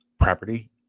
property